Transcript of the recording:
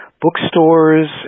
bookstores